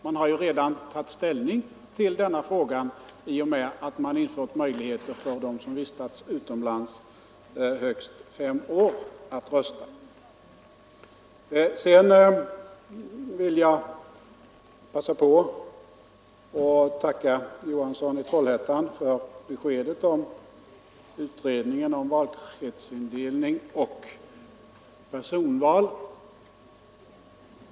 Man har ju redan tagit ställning till denna fråga i och med att man infört möjligheter att rösta för dem som vistats utomlands högst fem år. Jag vill tacka herr Johansson för beskedet om utredningen om valkretsindelning och personval.